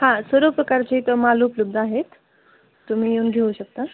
हां सर्व प्रकारचे इथे माल उपलब्ध आहेत तुम्ही येऊन घेऊ शकता